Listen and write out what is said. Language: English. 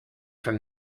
from